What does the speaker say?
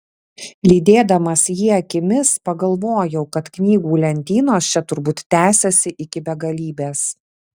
lydėdamas jį akimis pagalvojau kad knygų lentynos čia turbūt tęsiasi iki begalybės